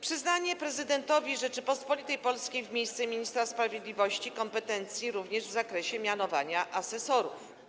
Przyznanie prezydentowi Rzeczypospolitej Polskiej w miejsce ministra sprawiedliwości kompetencji również w zakresie mianowania asesorów.